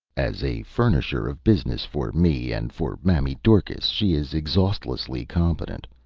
as a furnisher of business for me and for mammy dorcas she is exhaustlessly competent,